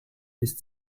ist